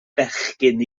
bechgyn